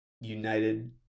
United